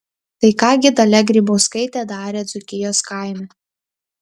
tai ką gi dalia grybauskaitė darė dzūkijos kaime